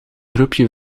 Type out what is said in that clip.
groepje